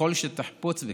ככל שתחפוץ בכך,